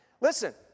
Listen